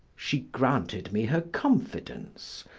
she granted me her confidence,